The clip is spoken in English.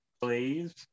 Please